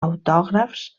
autògrafs